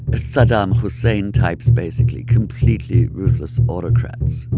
ah saddam hussein-types, basically completely ruthless autocrats.